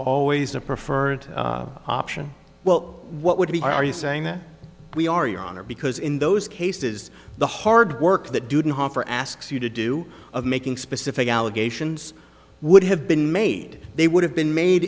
always a preferred option well what would be are you saying that we are your honor because in those cases the hard work that didn't offer asks you to do of making specific allegations would have been made they would have been made